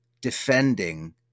defending